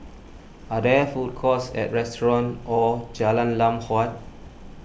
are there food courts and restaurants or Jalan Lam Huat